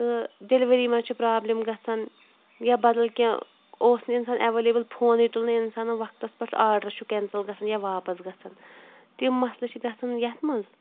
تہٕ ڈٮ۪لؤری منٛز چھِ پرٛابلِم گژھان یا بدل کینٛہہ اوس نہٕ اِنسان اٮ۪وَلیبٕل فونٕے تُل نہٕ اِنسانَن وقتَس پٮ۪ٹھ تہٕ آرڈَر چھُ کٮ۪نسَل گژھان یا واپَس گژھان تِم مسلہٕ چھِ گژھان یَتھ منٛز